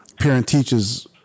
parent-teacher's